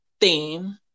theme